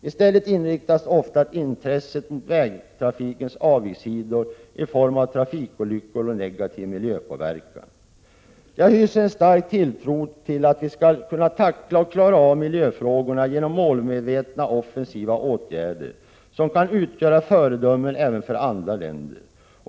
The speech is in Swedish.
I stället inriktas ofta intresset mot vägtrafikens avigsidor i form av trafikolyckor och negativ miljöpåverkan. Jag hyser en stark tilltro till att vi skall kunna tackla och klara av miljöfrågorna genom målmedvetna offensiva åtgärder som kan utgöra föredömen även för andra länder.